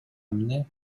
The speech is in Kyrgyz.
эмне